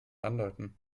andeuten